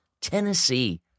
Tennessee